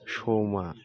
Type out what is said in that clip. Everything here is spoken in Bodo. समा